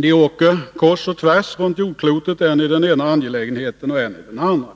De åker kors och tvärs över jordklotet, än i den ena angelägenheten, än i den andra.